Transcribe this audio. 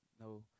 No